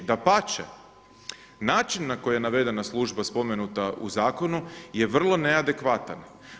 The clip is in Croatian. Dapače, način na koji je navedena služba spomenuta u zakonu je vrlo neadekvatan.